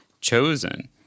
chosen